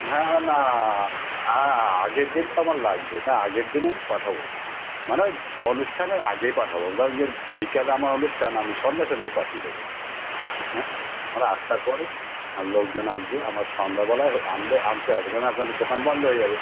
হ্যাঁ হ্যাঁ না হ্যাঁ আগের দিন তো আমার লাগবে না আগের দিনে পাঠাবো মানে ওই অনুষ্ঠানের আগেই পাঠাবো ধরো যদি বিকালে আমার অনুষ্ঠান আমি সঙ্গে সঙ্গে পাঠিয়ে দেবো হ্যাঁ দাদা আটটার পরে লোকজন আসবে আবার সন্ধ্যাবেলায় হ আনলে আনতে আসবে কেননা আপনাদের দোকান বন্ধ হয়ে যাবে